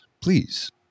Please